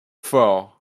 four